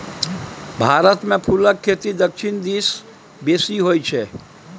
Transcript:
भारतमे फुलक खेती दक्षिण दिस बेसी होय छै